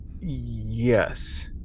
yes